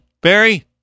Barry